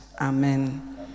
amen